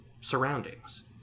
surroundings